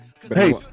hey